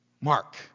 mark